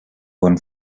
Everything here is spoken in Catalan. bon